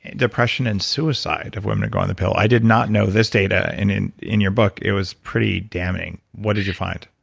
depression and suicide of women who go on the pill? i did not know this data and in in your book it was pretty damning. what did you find?